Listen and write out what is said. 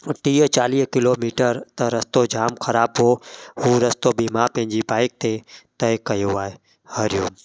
टीह चालीह किलोमीटर त रस्तो जाम ख़राब हुओ हू रस्तो बि मां पंहिंजी बाइक ते तइ कयो आहे हरिओम